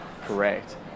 correct